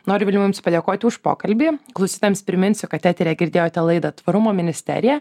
noriu vilma jums padėkoti už pokalbį klausytojams priminsiu kad eteryje girdėjote laidą tvarumo ministerija